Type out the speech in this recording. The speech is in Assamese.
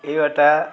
এই এটা